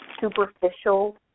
superficial